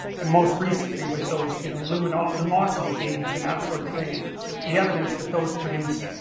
and most recently with those you know luminosity, lumosity games and that sort of thing, and the evidence that those produce